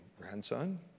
grandson